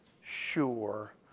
sure